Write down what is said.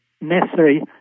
necessary